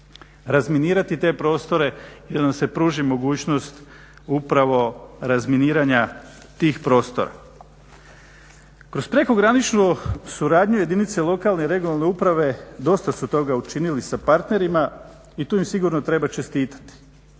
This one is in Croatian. razminirati te prostore i da nam se pruži mogućnosti upravo razminiranja tih prostora. Kroz prekograničnu suradnju jedinice lokalne i regionalne uprave dosta su toga učinili sa partnerima i tu im sigurno treba čestitati.